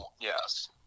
Yes